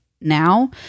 now